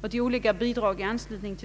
och de olika bidragen i anslutning därtill.